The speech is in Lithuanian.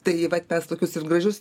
tai vat mes tokius ir gražius